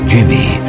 Jimmy